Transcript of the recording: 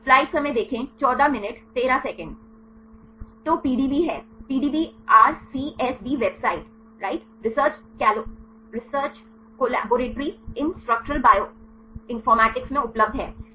तो पीडीबी है PDB RCSB website right research collaboratory in structural bioinformatics में उपलब्ध है